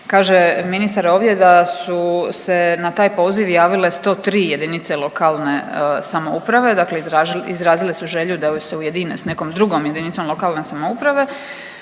Kaže ministar ovdje da su se na taj poziv javile 103 jedinice lokalne samouprave dakle izrazile su želju da se ujedine s nekom drugom jedinicom lokalne samouprave